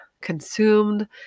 consumed